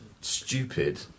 stupid